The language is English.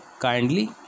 kindly